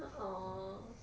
orh